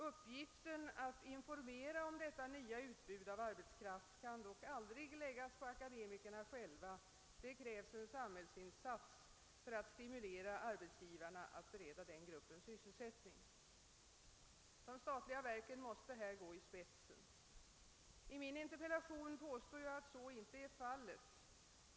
Uppgiften att informera om detta nya utbud av arbetskraft kan dock aldrig läggas på akademikerna själva. Det krävs en samhällsinsats för att stimulera arbetsgivarna att bereda denna grupp sysselsättning. De statliga verken måste härvidlag gå i spetsen. I min interpellation påstår jag att så inte sker.